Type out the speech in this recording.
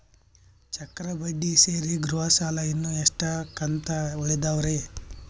ಚಕ್ರ ಬಡ್ಡಿ ಸೇರಿ ಗೃಹ ಸಾಲ ಇನ್ನು ಎಷ್ಟ ಕಂತ ಉಳಿದಾವರಿ?